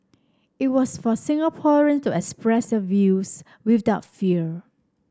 it was for Singaporean to express their views without fear